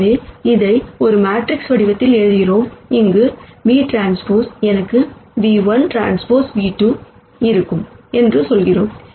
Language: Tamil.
எனவே இதை ஒரு மேட்ரிக்ஸ் வடிவத்தில் எழுதுகிறோம் அங்கு vT எனக்கு ν₁Tν₂ ட்ரான்ஸ்போஸ் இருக்கும் என்று சொல்கிறோம்